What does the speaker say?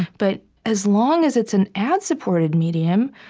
but as long as it's an ad-supported medium,